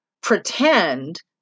pretend